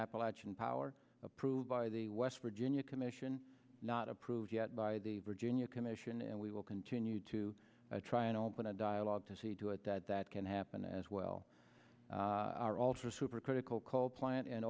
appalachian power approved by the west virginia commission not approved yet by the virginia commission and we will continue to try and open a dialogue to see to it that that can happen as well our alter supercritical coal plant